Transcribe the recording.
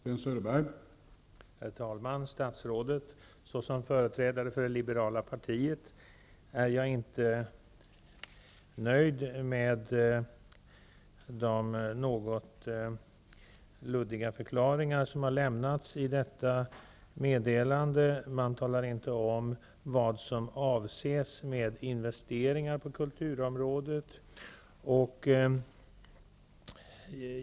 Herr talman! Statsrådet! Såsom företrädare för det liberala partiet är jag inte nöjd med de något luddiga förklaringar som har lämnats i detta meddelande. Man talar inte om vad som avses med investeringar på kulturområdet.